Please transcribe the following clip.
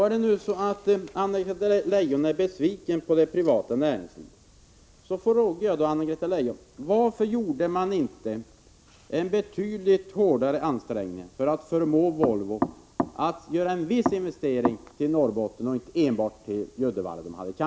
Är det nu så att Anna-Greta Leijon är besviken på det privata näringslivet får jag fråga henne varför man inte gjorde en betydligt hårdare ansträngning för att förmå Volvo att göra en viss investering i Norrbotten och inte enbart i Uddevalla?